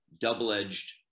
double-edged